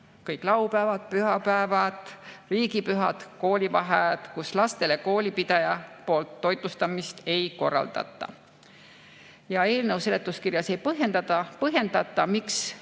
kõik laupäevad, pühapäevad, riigipühad, koolivaheajad –, kus lastele koolipidaja poolt toitlustamist ei korraldata. Ja eelnõu seletuskirjas ei põhjendata, miks